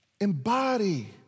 embody